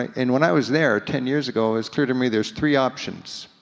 and when i was there ten years ago, it was clear to me there was three options.